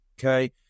okay